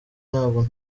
ntabwo